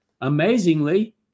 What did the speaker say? amazingly